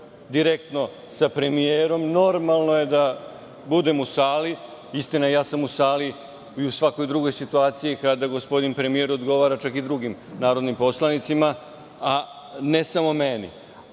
direktno sa premijerom, normalno je da budem u sali. Istina je, ja sam u sali i u svakoj drugoj situaciji, kada gospodin premijer odgovara čak i drugim narodnim poslanicima, ne samo meni.